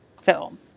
film